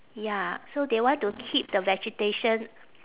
ya so they want to keep the vegetation